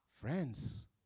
Friends